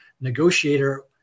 negotiator